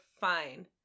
fine